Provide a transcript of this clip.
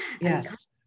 yes